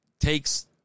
takes